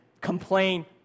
complain